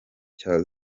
cya